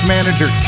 Manager